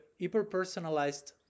hyper-personalized